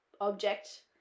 object